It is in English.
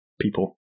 people